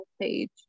page